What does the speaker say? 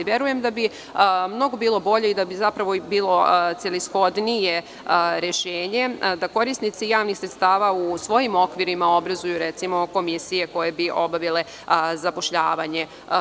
Verujem da bi mnogo bilo bolje i da bi bilo celishodnije rešenje da korisnici javnih sredstava u svojim okvirima obrazuju komisije koje bi obavile zapošljavanje.